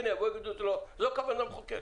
זו כוונת המחוקק.